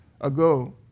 ago